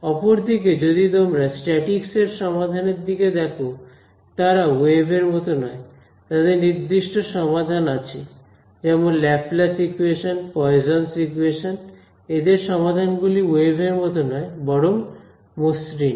অপরদিকে যদি তোমরা স্ট্যাটিকস এর সমাধানের দিকে দেখো তারা ওয়েভের মত নয় তাদের নির্দিষ্ট সমাধান আছে যেমন Laplace equation Poisson's equation Poisson's equation এদের সমাধান গুলি ওয়েভের মতো নয় বরং মসৃণ